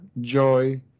joy